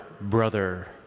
Brother